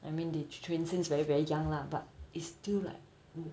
I mean they train since very very young lah but it's still like